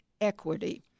equity